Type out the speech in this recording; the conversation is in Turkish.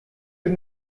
bir